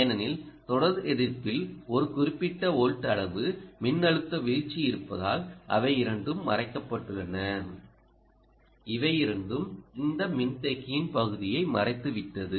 ஏனெனில் தொடர் எதிர்ப்பில் ஒரு குறிப்பிட்ட வோல்ட் அளவு மின்னழுத்த வீழ்ச்சி இருப்பதால் அவை இரண்டும் மறைக்கப்பட்டுள்ளன இவை இரண்டும் இந்த மின்தேக்கியின் பகுதியை மறைத்துவிட்டது